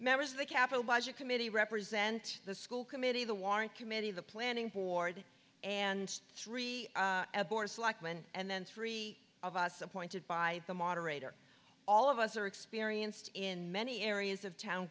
members of the capitol budget committee represent the school committee the warrant committee the planning board and three boards like men and then three of us appointed by the moderator all of us are experienced in many areas of town